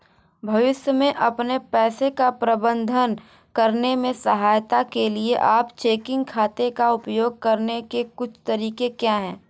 भविष्य में अपने पैसे का प्रबंधन करने में सहायता के लिए आप चेकिंग खाते का उपयोग करने के कुछ तरीके क्या हैं?